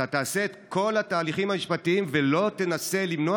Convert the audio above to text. אתה תעשה את כל ההליכים המשפטיים ולא תנסה למנוע